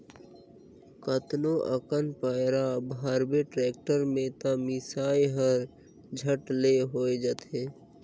कतनो अकन पैरा भरबे टेक्टर में त मिसई हर झट ले हो जाथे